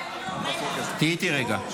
תהיי איתי רגע.